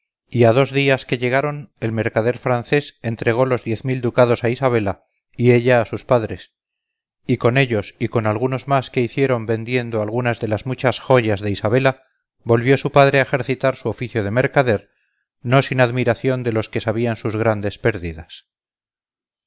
a dos días que llegaron el mercader francés entregó los diez mil ducados a isabela y ella a sus padres y con ellos y con algunos más que hicieron vendiendo algunas de las muchas joyas de isabela volvió su padre a ejercitar su oficio de mercader no sin admiración de los que sabían sus grandes pérdidas